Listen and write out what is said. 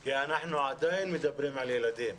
כי אנחנו עדיין מדברים על ילדים.